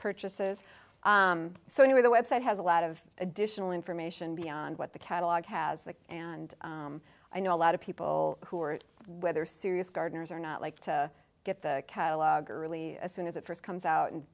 purchases so anyway the web site has a lot of additional information beyond what the catalog has that and i know a lot of people who are whether serious gardeners or not like to get the catalog early as soon as it first comes out and